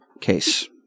case